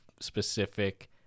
specific